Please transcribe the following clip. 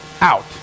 out